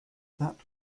that